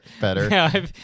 better